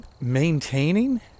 maintaining